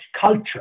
culture